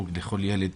חוג לכל ילד,